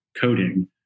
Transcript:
coding